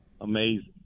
amazing